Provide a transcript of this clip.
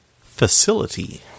Facility